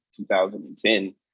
2010